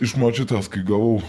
iš močiutės kai gavau